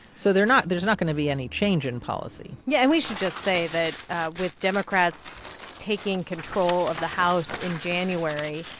so they're not there's not going to be any change in policy yeah. and we should just say that with democrats taking control of the house in january,